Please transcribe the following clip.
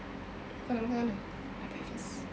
kau nak makan kat mana nak breakfast